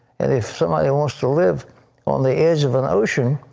and if somebody wants to live on the edge of an ocean,